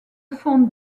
fond